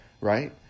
right